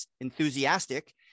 enthusiastic